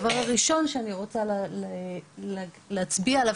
הדבר הראשון שאני רוצה להצביע עליו,